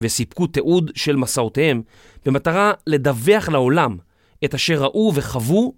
וסיפקו תיעוד של מסעותיהם, במטרה לדווח לעולם את אשר ראו וחוו